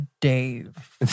Dave